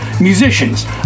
musicians